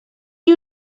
you